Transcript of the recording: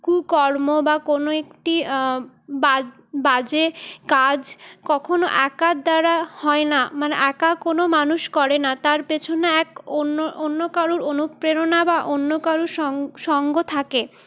কুকর্ম বা কোনো একটি বা বাজে কাজ কখনও একার দ্বারা হয় না মানে একা কোনো মানুষ করে না তার পেছনে এক অন্য অন্য কারুর অনুপ্রেরণা বা অন্য কারুর সঙ্গ থাকে